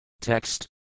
Text